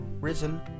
risen